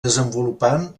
desenvolupant